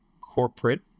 corporate